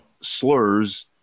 slurs